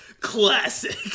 Classic